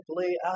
simply